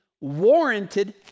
warranted